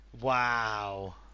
Wow